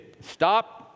Stop